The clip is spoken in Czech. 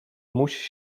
muž